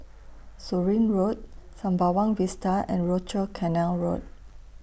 Surin Road Sembawang Vista and Rochor Canal Road